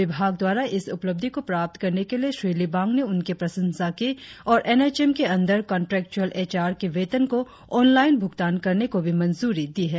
विभाग द्वारा इस उपलब्धि को प्राप्त करने के लिए श्री लिबांग ने उनकी प्रशंसा की और एन एच एम के अंदर काँन्ट्रेक्वूएल एच आर के वेतन को आँनलाईन भुगतान करने को भी मंजूरी दी है